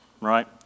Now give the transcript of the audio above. right